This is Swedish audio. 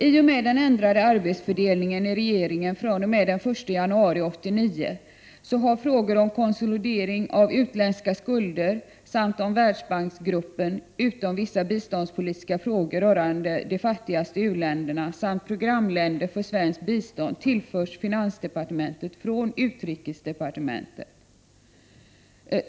I och med den ändrade arbetsfördelningen i regeringen fr.o.m. den 1 januari 1989 har frågor om konsolidering av utländska skulder samt om Världsbanksgruppen, utom vissa biståndspolitiska frågor rörande de fattigaste u-länderna, bl.a. programländer för svenskt bistånd, tillförts finansdepartementet från utrikesdepartementet.